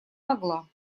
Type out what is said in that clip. могла